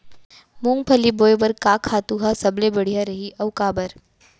मूंगफली बोए बर का खातू ह सबले बढ़िया रही, अऊ काबर?